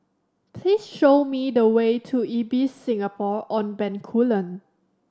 please show me the way to Ibis Singapore On Bencoolen